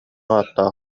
ааттаах